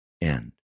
end